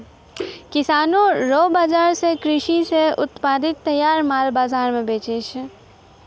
किसानो रो बाजार से कृषि से उत्पादित तैयार माल बाजार मे बेचै छै